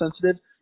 sensitive